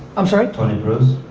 i'm sorry? toni kroos.